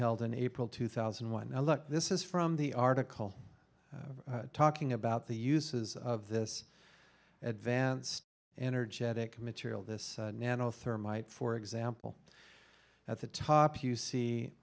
held in april two thousand and one i look this is from the article talking about the uses of this advanced energetic material this nano thermite for example at the top you see